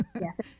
Yes